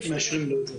מאשרים לו את זה.